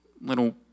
little